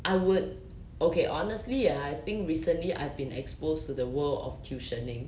I would okay honestly ah I think recently I've been exposed to the world of tuition-ing